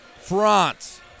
France